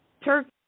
Turkey